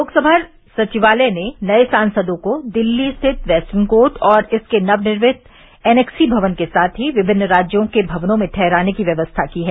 लोकसभा सचिवालय ने नये सासंदों को दिल्ली स्थित वेस्टर्न कोर्ट और इसके नवनिर्मित एनेक्सी भवन के साथ ही विभिन्न राज्यों के भवनों में ठहराने की व्यवस्था की है